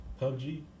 PUBG